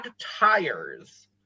tires